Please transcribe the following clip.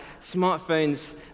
smartphones